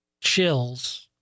chills